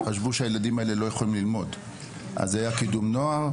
חשבו שהילדים האלה לא יכולים ללמוד היה קידום נוער,